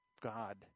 God